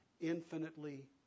infinitely